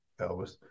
Elvis